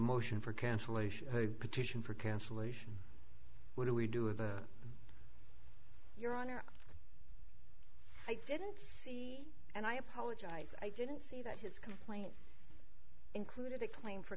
motion for cancellation petition for cancellation would we do with your honor i didn't see and i apologize i didn't see that his complaint included the claim for